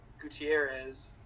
gutierrez